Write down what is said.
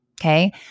okay